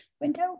window